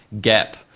gap